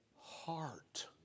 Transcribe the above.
heart